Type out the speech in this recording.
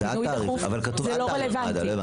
פינוי דחוף, זה לא רלוונטי.